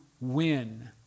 win